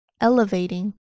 elevating